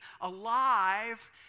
alive